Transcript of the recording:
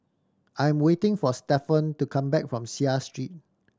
I am waiting for Stephon to come back from Seah Street